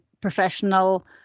professional